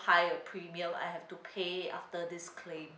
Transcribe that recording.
high a premium I have to pay after this claim